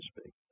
speak